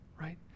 right